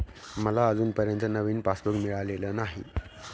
मला अजूनपर्यंत नवीन पासबुक मिळालेलं नाही